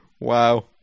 Wow